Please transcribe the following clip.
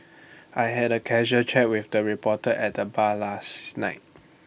I had A casual chat with the reporter at the bar last night